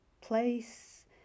place